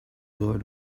boy